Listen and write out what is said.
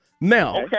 Now